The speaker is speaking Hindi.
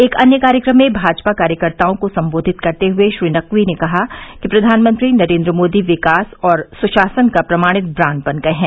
एक अन्य कार्यक्रम में भाजपा कार्यकर्ताओं को सम्बोधित करते हुए श्री नकवी ने कहा कि प्रधानमंत्री नरेन्द्र मोदी विकास और सुशासन का प्रमाणित ब्रांड बन गये हैं